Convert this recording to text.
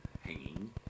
hanging